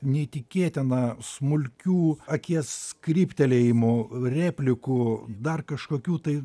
neįtikėtiną smulkių akies kryptelėjimų replikų dar kažkokių tai